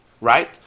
Right